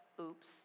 oops